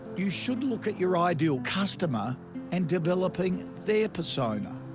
you should look at your ah ideal customer and developing their persona.